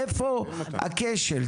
איפה הכשל?